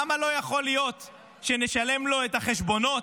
למה לא יכול להיות שנשלם לו את החשבונות,